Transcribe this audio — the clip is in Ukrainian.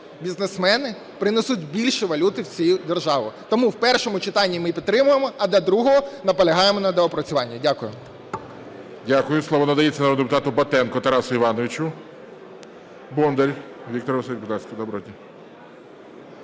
бізнесмени принесуть більше валюти в цю державу. Тому в першому читанні ми підтримаємо, а до другого наполягаємо на доопрацюванні. Дякую. ГОЛОВУЮЧИЙ. Дякую. Слово надається народному депутату Батенку Тарасу Івановичу. Бондар Віктор Васильович, будь